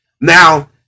Now